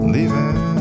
Leaving